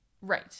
right